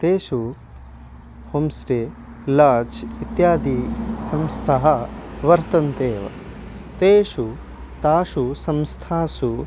तेषु homestay lodge इत्यादिसंस्थाः वर्तन्ते एव तेषु तासु संस्थासु